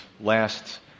last